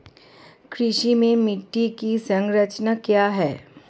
कृषि में मिट्टी की संरचना क्या है?